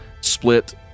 split